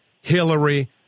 Hillary